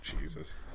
Jesus